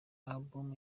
album